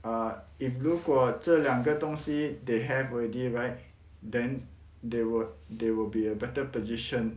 uh if 如果这两个东西 they have already right then they will they will be a better position